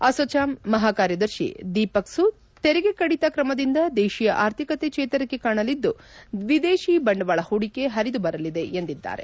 ಅಸೋಚಾಮ್ ಮಹಾಕಾರ್ಯದರ್ಶಿ ದೀಪಕ್ ಸೂದ್ ತೆರಿಗೆ ಕಡಿತ ಕ್ರಮದಿಂದ ದೇಶೀಯ ಆರ್ಥಿಕತೆ ಚೇತರಿಕೆ ಕಾಣಲಿದ್ದು ವಿದೇಶಿ ಬಂಡವಾಳ ಹೂಡಿಕೆ ಹರಿದು ಬರಲಿದೆ ಎಂದಿದ್ದಾರೆ